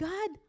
God